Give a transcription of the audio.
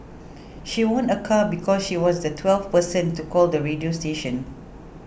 she won a car because she was the twelfth person to call the radio station